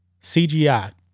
CGI